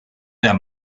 der